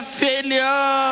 failure